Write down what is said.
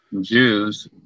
Jews